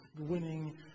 winning